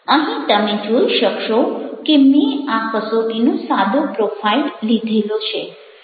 અહીં તમે જોઈ શકશો કે મેં આ કસોટીનો સાદો પ્રોફાઇલ લીધેલો છે